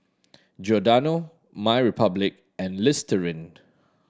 Giordano MyRepublic and Listerine